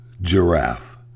giraffe